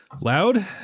loud